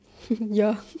ya